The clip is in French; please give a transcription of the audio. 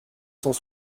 cent